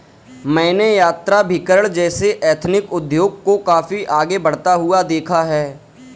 मैंने यात्राभिकरण जैसे एथनिक उद्योग को काफी आगे बढ़ता हुआ देखा है